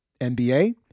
NBA